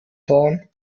fahren